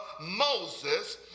Moses